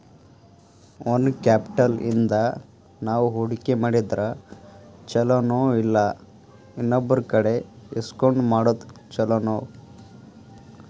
Own capital ಇಂದಾ ನಾವು ಹೂಡ್ಕಿ ಮಾಡಿದ್ರ ಛಲೊನೊಇಲ್ಲಾ ಇನ್ನೊಬ್ರಕಡೆ ಇಸ್ಕೊಂಡ್ ಮಾಡೊದ್ ಛೊಲೊನೊ?